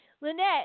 Lynette